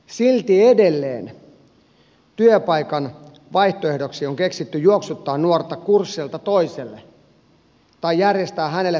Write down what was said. silti edelleen työpaikan vaihtoehdoksi on keksitty juoksuttaa nuorta kurssilta toiselle tai järjestää hänelle päivähoitopaikka työpajalta